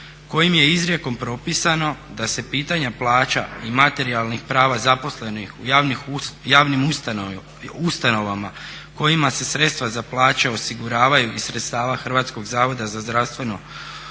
kojim je izrijekom propisano da se pitanja plaća i materijalnih prava zaposlenih u javnim ustanovama kojima se sredstva za plaće osiguravaju iz sredstava HZZO-a uređuju